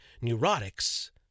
neurotics